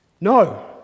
No